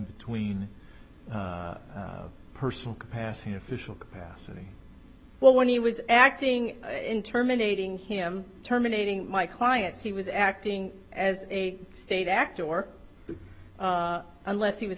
then tween personal capacity official capacity well when he was acting in terminating him terminating my clients he was acting as a state actor or unless he was